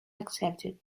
accepted